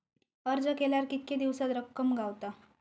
अर्ज केल्यार कीतके दिवसात रक्कम गावता?